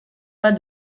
pas